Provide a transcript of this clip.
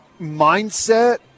mindset